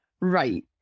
right